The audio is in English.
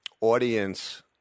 audience